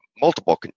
multiple